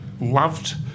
loved